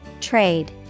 trade